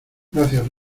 gracias